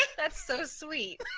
that's so sweet